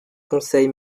conseil